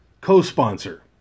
co-sponsor